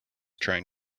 trying